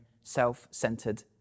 self-centered